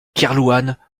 kerlouan